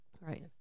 Right